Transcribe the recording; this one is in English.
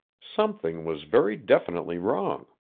something was very definitely wrong.